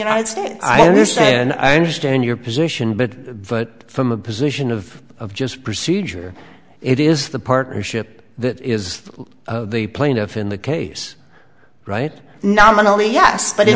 united states i do say and i understand your position but but from a position of just procedure it is the partnership that is the plaintiff in the case right nominally yes but